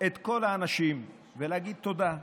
את כל האנשים ולהגיד תודה למירב,